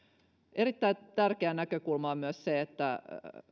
erittäin tärkeä näkökulma on myös se että